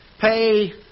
pay